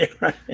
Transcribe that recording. right